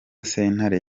sentare